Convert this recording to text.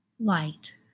Light